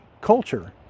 culture